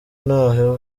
ntaho